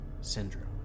syndrome